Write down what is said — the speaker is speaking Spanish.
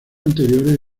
anteriores